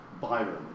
Byron